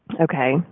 Okay